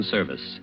Service